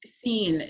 seen